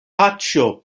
paĉjo